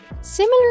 Similar